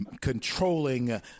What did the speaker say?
controlling